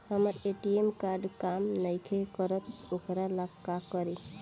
हमर ATM card काम नईखे करत वोकरा ला का करी?